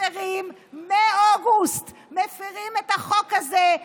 מפירים מאוגוסט את החוק הזה,